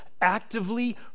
actively